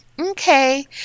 okay